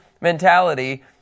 mentality